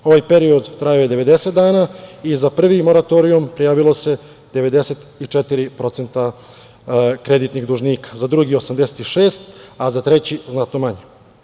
Ovaj period trajao je 90 dana i za prvi moratorijum prijavilo se 94% kreditnih dužnika, za drugi 86%, a za treći znatno manje.